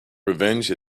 revenge